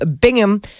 Bingham